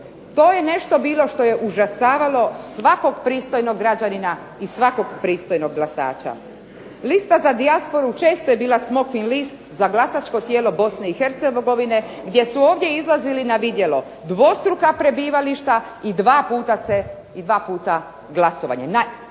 To je nešto bilo što je užasavalo svakog pristojnog građanina i svakog pristojnog glasača. Lista za dijasporu često je bila smokvin list za glasačko tijelo BiH gdje su ovdje izlazili na vidjelo. Dvostruka prebivališta i dva puta glasovanje,